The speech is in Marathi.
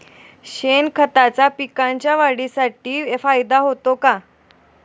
शेणखताचा पिकांच्या वाढीसाठी फायदा होतो का?